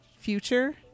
Future